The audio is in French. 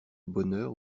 bonheur